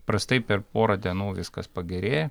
prastai per porą dienų viskas pagerėja